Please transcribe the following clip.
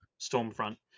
Stormfront